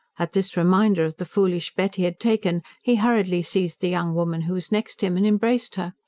at this reminder of the foolish bet he had taken, he hurriedly seized the young woman who was next him, and embraced her.